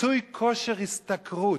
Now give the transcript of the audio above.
מיצוי כושר השתכרות.